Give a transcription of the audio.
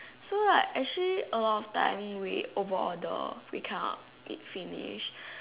so like actually a lot of time we over order we cannot eat finish